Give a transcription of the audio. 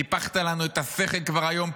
ניפחת לנו את השכל כבר היום,